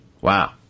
Wow